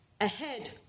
ahead